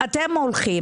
אתם הולכים